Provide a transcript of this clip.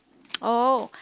oh